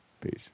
Peace